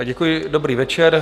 Děkuji, dobrý večer.